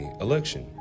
election